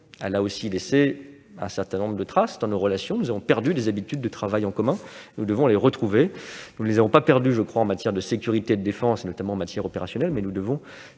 elle a aussi laissé un certain nombre de traces dans nos relations. Nous avons perdu des habitudes de travail en commun que nous devons retrouver. Je ne pense pas que nous les ayons perdues en matière de sécurité et de défense, notamment en matière opérationnelle, mais nous devons